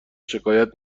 شکایت